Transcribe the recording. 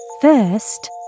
First